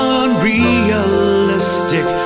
unrealistic